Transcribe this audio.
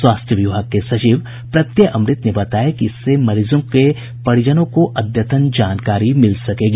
स्वास्थ्य विभाग के प्रधान सचिव प्रत्यय अमृत ने बताया कि इससे मरीजों के परिजनों को अद्यतन जानकारी मिल सकेगी